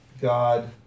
God